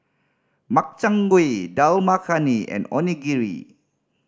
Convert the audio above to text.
Makchang Gui Dal Makhani and Onigiri